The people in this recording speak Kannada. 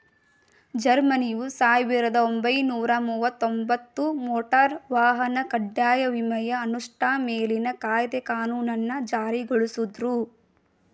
ಜರ್ಮನಿಯು ಸಾವಿರದ ಒಂಬೈನೂರ ಮುವತ್ತಒಂಬತ್ತು ಮೋಟಾರ್ ವಾಹನ ಕಡ್ಡಾಯ ವಿಮೆಯ ಅನುಷ್ಠಾ ಮೇಲಿನ ಕಾಯ್ದೆ ಕಾನೂನನ್ನ ಜಾರಿಗೊಳಿಸುದ್ರು